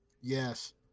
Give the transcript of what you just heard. yes